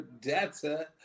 data